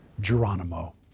Geronimo